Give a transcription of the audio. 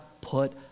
put